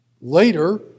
later